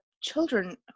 children